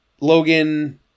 Logan